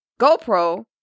GoPro